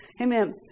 Amen